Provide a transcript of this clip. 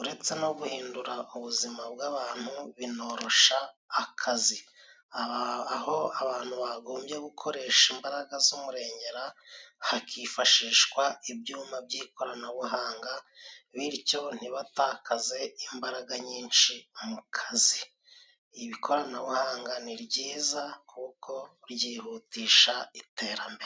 Uretse no guhindura ubuzima bw'abantu binorosha akazi aho abantu bagombye gukoresha imbaraga z'umurengera hakifashishwa ibyuma by'ikoranabuhanga bityo ntibatakaze imbaraga nyinshi mu kazi; ikoranabuhanga ni ryiza kuko ryihutisha iterambere.